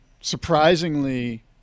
surprisingly